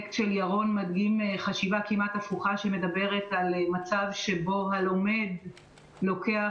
שהפרויקט של ירון מדגים חשיבה כמעט הפוכה שמדברת על מצב שבו הלומד לוקח